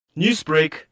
Newsbreak